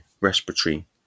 respiratory